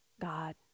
God